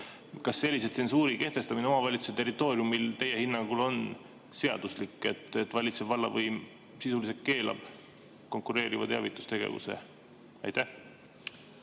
Kas sellise tsensuuri kehtestamine omavalitsuse territooriumil on teie hinnangul seaduslik, see, et valitsev vallavõim sisuliselt keelab konkureeriva teavitustegevuse? Aitäh,